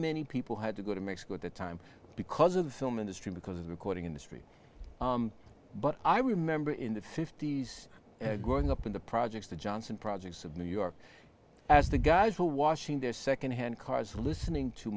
many people had to go to mexico at the time because of the film industry because of the recording industry but i remember in the fifty's growing up in the projects the johnson projects of new york as the guys were washing their second hand cars listening to